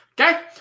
Okay